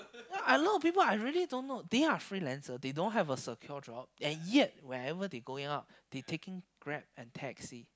a lot of people I really don't know they are freelancer they don't have a secure job and yet whenever they going out they taking Grab and taxi